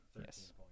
Yes